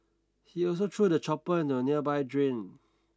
he also threw the chopper into a nearby drain